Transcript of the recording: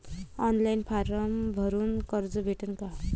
Online form भरून कर्ज भेटन का?